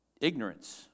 ignorance